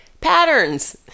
patterns